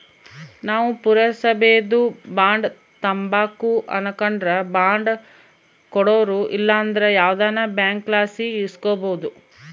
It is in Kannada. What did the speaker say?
ನಾವು ಪುರಸಬೇದು ಬಾಂಡ್ ತಾಂಬಕು ಅನಕಂಡ್ರ ಬಾಂಡ್ ಕೊಡೋರು ಇಲ್ಲಂದ್ರ ಯಾವ್ದನ ಬ್ಯಾಂಕ್ಲಾಸಿ ಇಸ್ಕಬೋದು